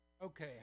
Okay